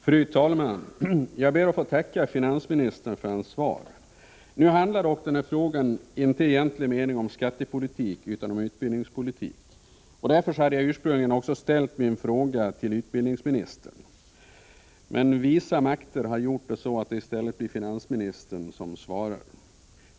Fru talman! Jag ber att få tacka finansministern för hans svar. Nu handlar dock den här frågan egentligen inte om skattepolitik utan om utbildningspolitik. Därför hade jag också ursprungligen ställt min fråga till utbildningsministern. Men visa makter har gjort att det nu är finansministern som svarar.